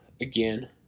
again